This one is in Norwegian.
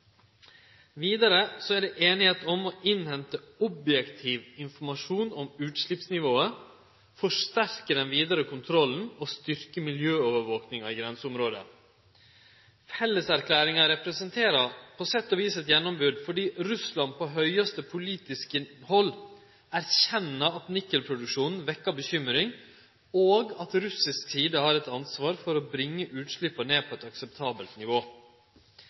er det einigheit om å innhente objektiv informasjon om utsleppsnivået, forsterke den vidare kontrollen og styrkje miljøovervakinga i grenseområdet. Felleserklæringa representerer på sett og vis eit gjennombrot, fordi Russland på høgste politiske hald erkjenner at nikkelproduksjonen vekkjer bekymring, og at russisk side har eit ansvar for å bringe utsleppa ned på eit akseptabelt nivå.